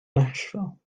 nashville